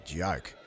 joke